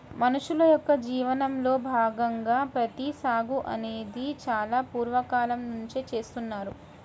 మనుషుల యొక్క జీవనంలో భాగంగా ప్రత్తి సాగు అనేది చాలా పూర్వ కాలం నుంచే చేస్తున్నారు